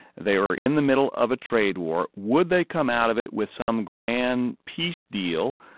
they were in the middle of a trade war. would they come out of it with some grand peace deal,